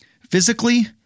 physically